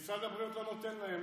משרד הבריאות לא נותן להם,